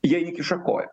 jie įkiša koją